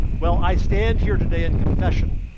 well, i stand here today in confession,